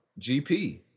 GP